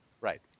Right